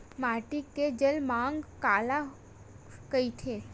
माटी के जलमांग काला कइथे?